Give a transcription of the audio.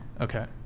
okay